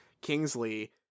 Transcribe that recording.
Kingsley